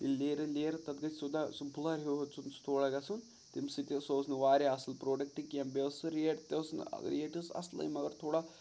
ییٚلہِ لیرٕ لیرٕ تَتھ گژھِ سیوٚدا سُہ بُلَر ہیٚو سُہ تھوڑا گژھُن تمہِ سۭتۍ تہِ سُہ اوس نہٕ واریاہ اَصٕل پرٛوڈَکٹ کینٛہہ بیٚیہِ ٲس سُہ ریٹ تہِ ٲس نہٕ ییٚتہِ ٲس اَصلٕے مگر تھوڑا